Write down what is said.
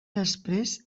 després